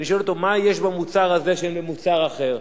אני שואל אותו: מה יש במוצר הזה שאין במוצר אחר?